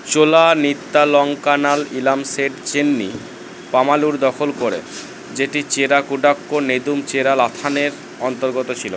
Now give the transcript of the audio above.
চোলা নিত্যালঙ্কানাল ইলাম সেট চেন্নি পামালুর দখল করে যেটি চেরা কুডাক্কো নেদুম চেরাল আথানের অন্তর্গত ছিল